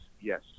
yes